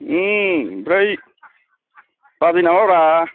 उमफ्राय बाजै नामाब्रा